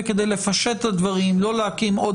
וכדי לפשט את הדברים ולא להקים עוד